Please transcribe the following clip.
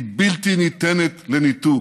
היא בלתי ניתנת לניתוק,